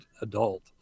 adult